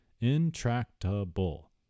Intractable